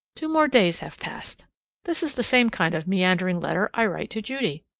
two more days have passed this is the same kind of meandering letter i write to judy.